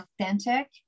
authentic